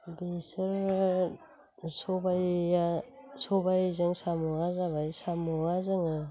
बेसोर सबायआ सबायजों साम'आ जाबाय साम'आ जोङो